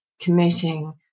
committing